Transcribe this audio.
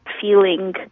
feeling